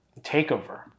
Takeover